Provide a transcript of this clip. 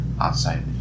outside